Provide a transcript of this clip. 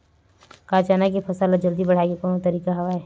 का चना के फसल ल जल्दी बढ़ाये के कोनो तरीका हवय?